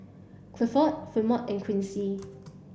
Clifford Fremont and Quincy